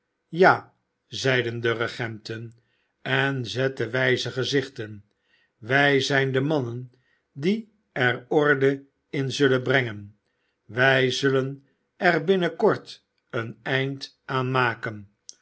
ja zeiden de regenten en zetten wijze gezichten wij zijn de mannen die er orde in zullen brengen wij zullen er binnenkort een eind aan maken